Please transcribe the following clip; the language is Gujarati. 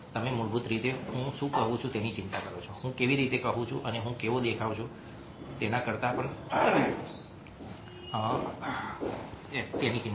તમે મૂળભૂત રીતે હું શું કહું છું તેની ચિંતા કરો છો હું કેવી રીતે કહું છું અને હું કેવો દેખાઉ છું કેવો દેખાઉ છું તેના કરતાં